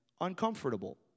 uncomfortable